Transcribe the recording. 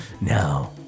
Now